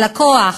הלקוח,